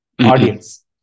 audience